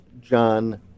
john